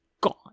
gone